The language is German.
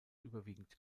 überwiegend